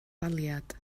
daliad